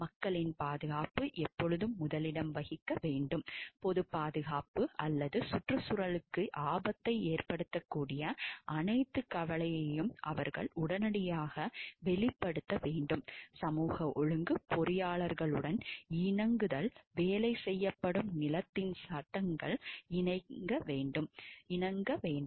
மக்களின் பாதுகாப்பு எப்பொழுதும் முதலிடம் வகிக்க வேண்டும் பொது பாதுகாப்பு அல்லது சுற்றுச்சூழலுக்கு ஆபத்தை ஏற்படுத்தக்கூடிய அனைத்து கவலைகளையும் அவர்கள் உடனடியாக வெளிப்படுத்த வேண்டும் சமூக ஒழுங்கு பொறியாளர்களுடன் இணங்குதல் வேலை செய்யப்படும் நிலத்தின் சட்டங்களுக்கு இணங்க வேண்டும்